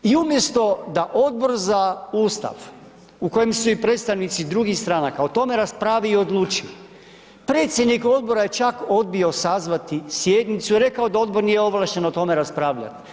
I umjesto da Odbor za Ustav u kojem su i predstavnici drugih stranaka, o tome raspravi i odluči, predsjednik odbora je čak odbio sazvati sjednicu i rekao da odbor nije ovlašten o tome raspravljati.